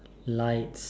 lights